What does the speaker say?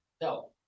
No